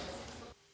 Hvala.